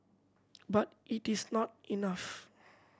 but it is not enough